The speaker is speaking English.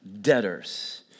debtors